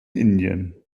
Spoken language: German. indien